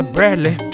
Bradley